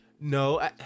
No